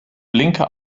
blinker